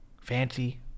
fancy